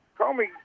Comey